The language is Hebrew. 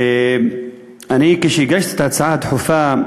כשהגשתי את ההצעה הדחופה,